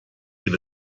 den